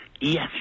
Yes